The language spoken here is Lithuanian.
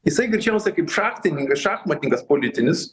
jisai greičiausia kaip šachtininkas šachmatininkas politinis